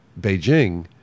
Beijing